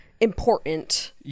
important